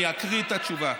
ואני אקריא את התשובה.